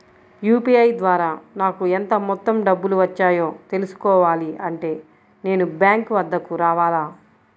UPI ద్వారా నాకు ఎంత మొత్తం డబ్బులు వచ్చాయో తెలుసుకోవాలి అంటే నేను బ్యాంక్ వద్దకు రావాలా?